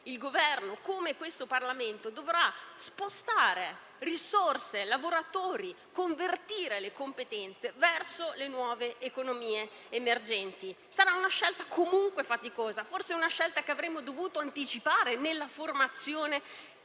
il Governo e il Parlamento dovranno spostare risorse e lavoratori e convertire le competenze verso le nuove economie emergenti. Sarà una scelta comunque faticosa, forse una scelta che avremmo dovuto anticipare nella formazione